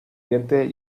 diente